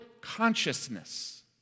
consciousness